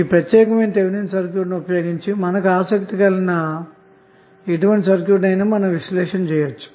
ఈ ప్రత్యేకమైన థెవెనిన్సర్క్యూట్ ను ఉపయోగించి మీకు ఆసక్తి కలిగిన సర్క్యూట్ ను విశ్లేషించవచ్చు